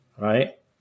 Right